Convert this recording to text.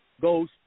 goes